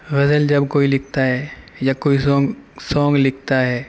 غزل جب کوئی لکھتا ہے یا کوئی رانگ سانگ لکھتا ہے